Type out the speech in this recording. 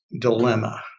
dilemma